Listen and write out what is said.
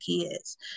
kids